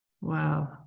Wow